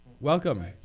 Welcome